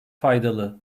faydalı